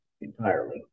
entirely